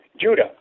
Judah